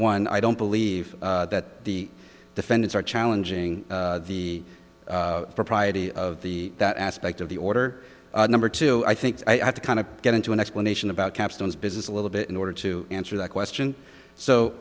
one i don't believe that the defendants are challenging the propriety of the that aspect of the order number two i think i have to kind of get into an explanation about capstans business a little bit in order to answer that question